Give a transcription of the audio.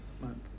month